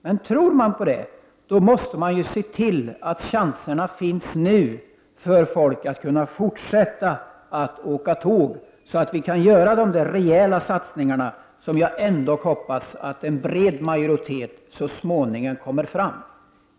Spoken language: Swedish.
Men om de tror på det, måste de se till att folk har möjligheter att fortsätta att åka tåg. Då måste vi göra de reella satsningar som jag hoppas att en bred majoritet så småningom kommer fram till är nödvändiga.